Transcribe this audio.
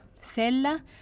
Sella